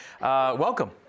Welcome